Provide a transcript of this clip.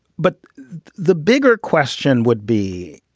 but the bigger question would be,